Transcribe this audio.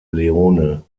leone